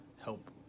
help